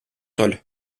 sol